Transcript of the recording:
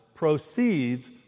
proceeds